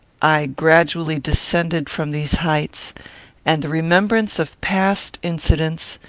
i gradually descended from these heights and the remembrance of past incidents,